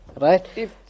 right